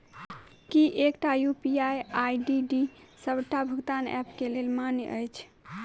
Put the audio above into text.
की एकटा UPI ID D सबटा भुगतान ऐप केँ लेल मान्य अछि?